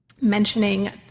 mentioning